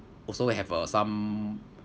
also have uh some